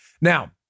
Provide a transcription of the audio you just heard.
Now